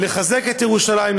לחזק את ירושלים,